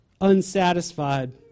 unsatisfied